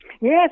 Yes